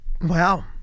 wow